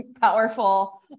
powerful